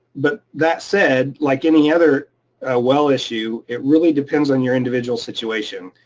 but that said, like any other ah well issue, it really depends on your individual situation.